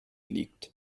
liegt